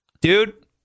dude